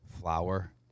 flour